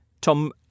Tom